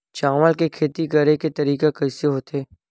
चावल के खेती करेके तरीका कइसे होथे?